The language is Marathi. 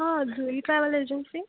हा जुई ट्रॅव्हल एजन्सी